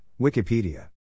Wikipedia